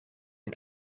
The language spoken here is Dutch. een